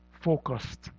focused